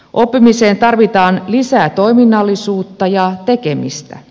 oppimiseen tarvitaan lisää toiminnallisuutta ja tekemistä